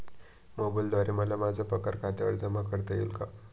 मोबाईलद्वारे मला माझा पगार खात्यावर जमा करता येईल का?